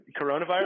coronavirus